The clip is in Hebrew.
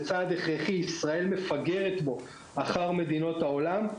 מדובר בצעת הכרחי ובנושא שישראל מפגרת בו אחר מדינות העולם.